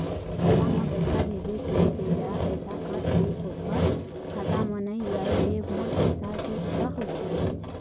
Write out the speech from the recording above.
खाता म पैसा भेजे के बेरा पैसा कट के ओकर खाता म नई जाय ले मोर पैसा के का होही?